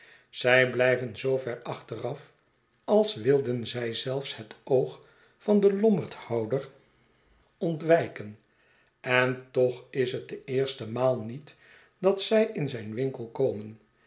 zij blijven zoo ver achteraf als wilden zij zelfs het oog van den lommerdhouder ontwijken en toch is het de eerste maal niet dat zij in zijn winkel komen